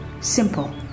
simple